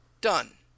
done